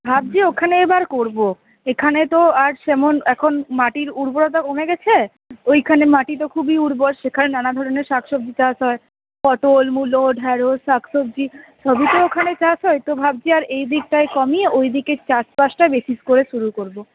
ভাবছি ওখানে এবার করব এখানে তো আর সেমন এখন মাটির উর্বরতা কমে গেছে ওইখানে মাটি তো খুবই উর্বর সেখানে নানাধরনের শাকসবজি চাষ হয় পটল মুলো ঢ্যাঁড়শ শাকসবজি সবই তো ওখানে চাষ হয় তো ভাবছি আর এই দিকটায় কমিয়ে ওই দিকের চাষ বাসটা বেশি করে শুরু করবো